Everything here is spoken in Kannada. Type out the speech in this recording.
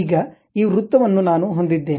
ಈಗ ಈ ವೃತ್ತವನ್ನು ನಾನು ಹೊಂದಿದ್ದೇನೆ